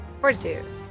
Fortitude